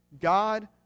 God